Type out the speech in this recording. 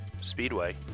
speedway